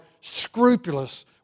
scrupulous